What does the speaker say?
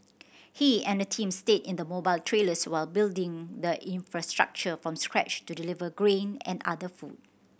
he and a team stayed in mobile trailers while building the infrastructure from scratch to deliver grain and other food